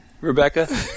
Rebecca